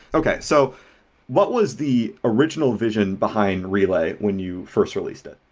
okay. so what was the original vision behind relay when you first released it?